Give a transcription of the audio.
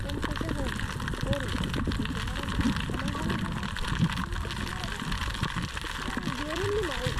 ked kore kasi ham kore ka am mu ishen maram eh amman zoni dongo isin ma a ishe mara ɗo sinma jerin ni mai